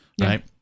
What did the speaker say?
right